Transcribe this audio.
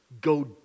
go